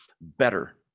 better